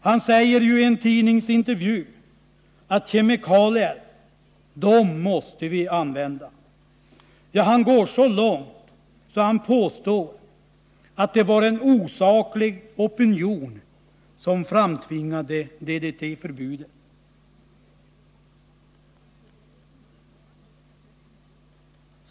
Han säger ju i en tidningsintervju att kemikalier måste vi använda. Ja, han går så långt att han påstår att det var en osaklig opinion som framtvingade DDT-förbudet.